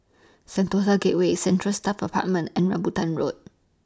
Sentosa Gateway Central Staff Apartment and Rambutan Road